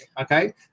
okay